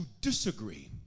disagree